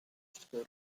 score